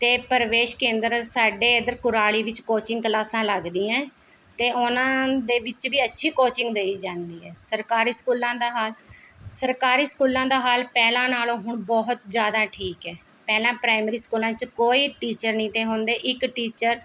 ਅਤੇ ਪ੍ਰਵੇਸ਼ ਕੇਂਦਰ ਸਾਡੇ ਇੱਧਰ ਕੁਰਾਲੀ ਵਿੱਚ ਕੋਚਿੰਗ ਕਲਾਸਾਂ ਲੱਗਦੀਆਂ ਹੈ ਅਤੇ ਉਹਨਾਂ ਦੇ ਵਿੱਚ ਵੀ ਅੱਛੀ ਕੋਚਿੰਗ ਦਈ ਜਾਂਦੀ ਹੈ ਸਰਕਾਰੀ ਸਕੂਲਾਂ ਦਾ ਹਾਲ ਸਰਕਾਰੀ ਸਕੂਲਾਂ ਦਾ ਹਾਲ ਪਹਿਲਾਂ ਨਾਲੋਂ ਹੁਣ ਬਹੁਤ ਜ਼ਿਆਦਾ ਠੀਕ ਹੈ ਪਹਿਲਾਂ ਪ੍ਰਾਈਮਰੀ ਸਕੂਲਾਂ 'ਚ ਕੋਈ ਟੀਚਰ ਨਹੀਂ ਤੇ ਹੁੰਦੇ ਇੱਕ ਟੀਚਰ